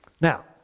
Now